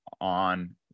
on